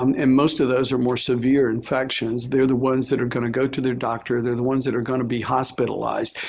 um and most of those are more severe infections. they're the ones that are going to go to their doctor. they're the ones that are going to be hospitalized.